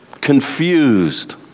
confused